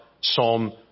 Psalm